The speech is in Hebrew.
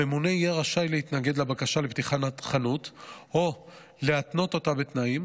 הממונה יהיה רשאי להתנגד לבקשה לפתיחת חנות או להתנות אותה בתנאים